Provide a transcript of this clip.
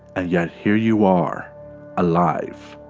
and yet here you are alive.